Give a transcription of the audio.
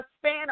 span